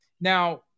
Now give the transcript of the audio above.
Now